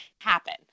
happen